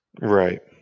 Right